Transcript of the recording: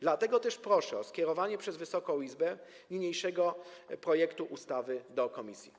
Dlatego też proszę o skierowanie przez Wysoką Izbę niniejszego projektu ustawy do komisji.